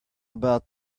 about